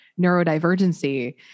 neurodivergency